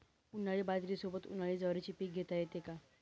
उन्हाळी बाजरीसोबत, उन्हाळी ज्वारीचे पीक घेता येते का?